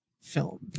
film